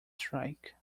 strike